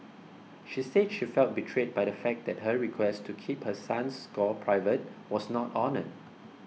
she said she felt betrayed by the fact that her request to keep her son's score private was not honoured